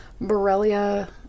Borrelia